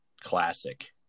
classic